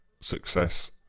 success